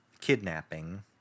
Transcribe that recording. kidnapping